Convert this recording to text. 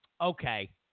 okay